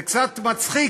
זה קצת מצחיק,